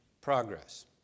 progress